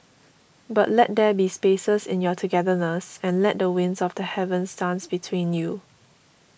but let there be spaces in your togetherness and let the winds of the heavens dance between you